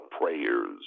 prayers